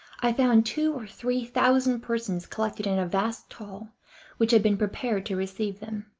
i found two or three thousand persons collected in a vast hall which had been prepared to receive them.